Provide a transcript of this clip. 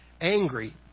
angry